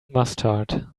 mustard